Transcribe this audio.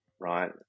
Right